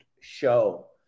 show